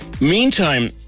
Meantime